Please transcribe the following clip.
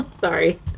sorry